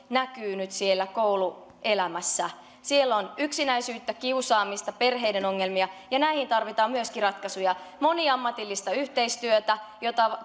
näkyvät nyt siellä kouluelämässä siellä on yksinäisyyttä kiusaamista perheiden ongelmia myöskin näihin tarvitaan ratkaisuja moniammatillista yhteistyötä jota